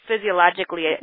physiologically